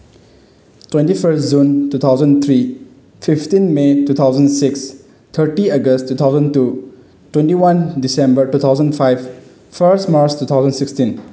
twenty first June two thousand three fifteen may two thousand six thirty August two thousand two twenty one December two thousand five first March two thousand sixteen